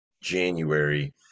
January